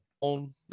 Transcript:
on